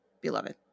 beloved